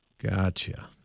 Gotcha